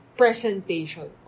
presentation